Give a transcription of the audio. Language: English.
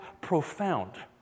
profound